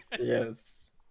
Yes